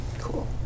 Cool